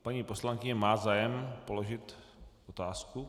Má paní poslankyně zájem položit otázku?